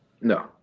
No